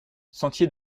sentier